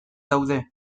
daude